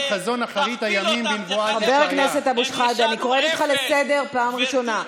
תחבר, חבר הכנסת, אני קוראת אותך לסדר פעם ראשונה.